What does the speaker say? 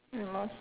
you lost